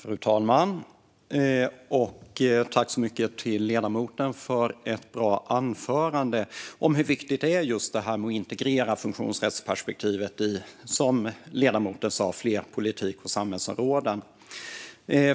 Fru talman! Jag tackar ledamoten så mycket för ett bra anförande om hur viktigt det är att integrera funktionsrättsperspektivet i, som ledamoten sa, fler politik och samhällsområden.